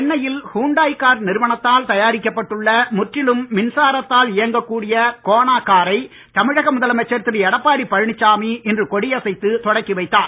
சென்னையில் Hyundai car நிறுவனத்தால் தயாரிக்கப்பட்டுள்ள முற்றிலும் மின்சாரத்தில் இயங்கக் கூடிய கோனா காரை தமிழக முதலமைச்சர் எடப்பாடி பழனிசாமி இன்று கொடியசைத்து தொடங்கி வைத்தார்